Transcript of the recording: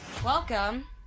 Welcome